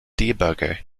debugger